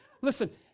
Listen